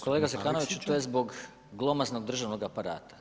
Kolega Zekanović, to je zbog glomaznog državnog aparata.